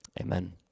amen